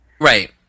Right